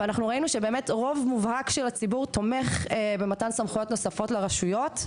ראינו שרוב מובהק של הציבור תומך במתן סמכויות נוספות לרשויות.